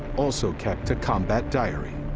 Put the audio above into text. also kept a combat diary.